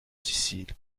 sicile